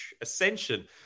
ascension